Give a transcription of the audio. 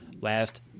last